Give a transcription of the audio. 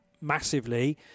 massively